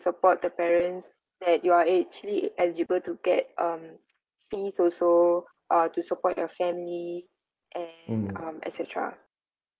support the parents that you're actually eligible to get um fees also uh to support your family and um etcetera